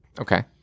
Okay